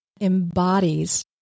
embodies